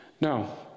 Now